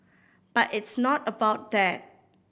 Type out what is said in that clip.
but it's not about that